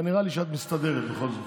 אבל נראה לי שאת מסתדרת בכל זאת.